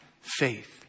faith